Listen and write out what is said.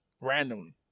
randomly